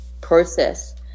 process